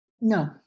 No